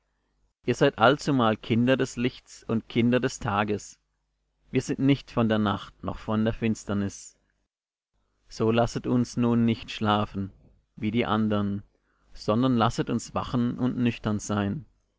ihr seid allzumal kinder des lichtes und kinder des tages wir sind nicht von der nacht noch von der finsternis so lasset uns nun nicht schlafen wie die andern sondern lasset uns wachen und nüchtern sein